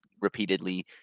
repeatedly